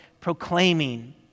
proclaiming